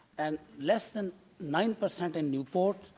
and less than nine per cent in newport,